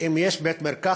אם יש בית-מרקחת